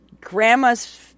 grandma's